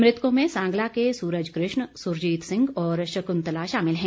मृतकों में सांगला के सूरज कृष्ण सुरजीत सिंह और शंकृतला शामिल है